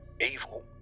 evil